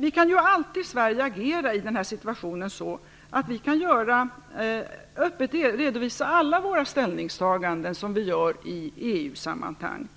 Vi kan ju i Sverige alltid agera så att vi öppet redovisar alla ställningstaganden som vi gör i EU-sammanhang.